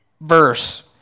verse